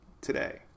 today